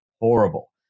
horrible